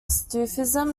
sufism